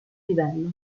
livello